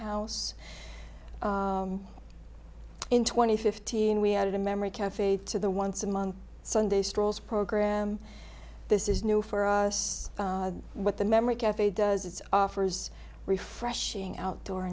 house in twenty fifteen we added a memory cafe to the once among sunday strolls program this is new for us what the memory cafe does is offers refreshing outdoor